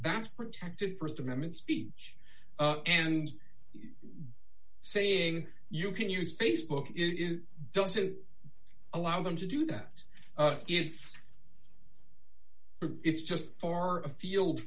that's protected st amendment speech and saying you can use facebook it doesn't allow them to do that it's it's just far afield